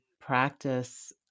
practice